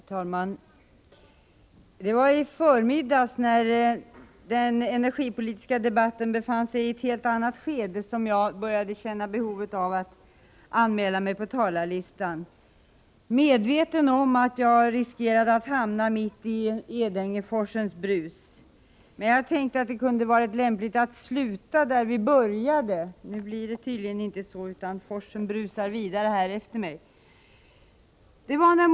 Herr talman! Det var i förmiddags när den energipolitiska debatten befann sig i ett helt annat skede som jag började känna ett behov av att anmäla mig på talarlistan — medveten om att jag riskerade att hamna mitt i Edängeforsens brus. Jag tänkte att det kunde vara lämpligt att sluta där vi började. Nu blir det tydligen inte så, utan forsen brusar vidare även efter mitt anförande.